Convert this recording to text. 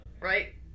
Right